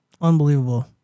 Unbelievable